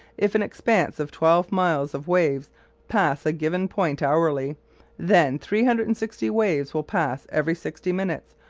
if an expanse of twelve miles of waves pass a given point hourly then three hundred and sixty waves will pass every sixty minutes,